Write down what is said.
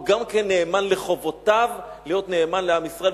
הוא גם נאמן לחובותיו להיות נאמן לעם ישראל.